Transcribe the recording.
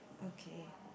okay